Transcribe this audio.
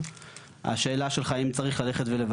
ואני לא רוצה לתת לו